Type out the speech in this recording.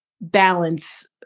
balance